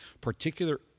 particular